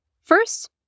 First